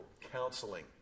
counseling